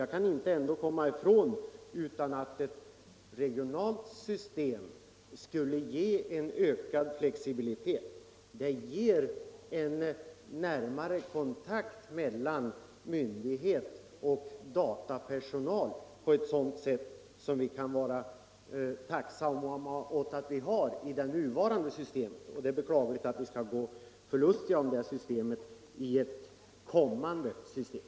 Jag kan inte komma ifrån uppfattningen att ett regionalt system skulle ge en ökad flexibilitet. Det ger en närmare kontakt mellan myndighet och datapersonal, vilket vi kan vara tacksamma för att vi har i det nuvarande systemet. Det vore beklagligt om vi gick förlustiga den i ett kommande system.